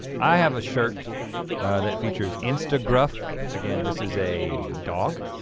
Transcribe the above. i have a shirt that features instagruff. again this is a dog.